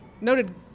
noted